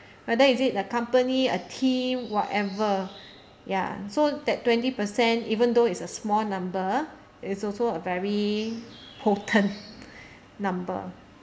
whether is it a company a team whatever ya so that twenty percent even though it's a small number it's also a very potent number